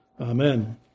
Amen